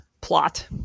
plot